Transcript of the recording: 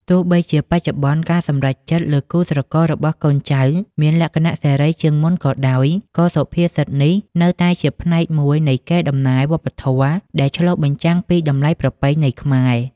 ទោះបីជាបច្ចុប្បន្ន ការសម្រេចចិត្តលើគូស្រកររបស់កូនចៅមានលក្ខណៈសេរីជាងមុនក៏ដោយ ក៏សុភាសិតនេះនៅតែជាផ្នែកមួយនៃកេរដំណែលវប្បធម៌ដែលឆ្លុះបញ្ចាំងពីតម្លៃប្រពៃណីខ្មែរ។